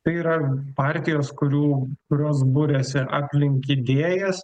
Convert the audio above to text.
tai yra partijos kurių kurios buriasi aplink idėjas